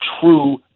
true